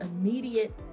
immediate